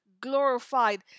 glorified